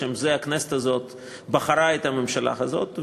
לשם זה הכנסת הזאת בחרה את הממשלה הזאת.